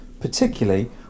particularly